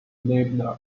named